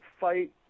fight